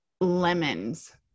lemons